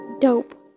dope